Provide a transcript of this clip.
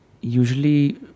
usually